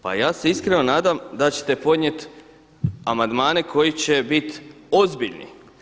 Pa ja se iskreno nadam da ćete podnijeti amandmane koji će biti ozbiljni.